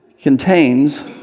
contains